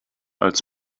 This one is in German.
als